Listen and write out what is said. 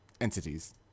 entities